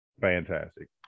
fantastic